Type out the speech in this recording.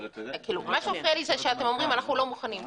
מה שמפריע לי זה שאתם אומרים: אנחנו לא מוכנים לדבר.